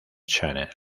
channel